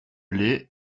lai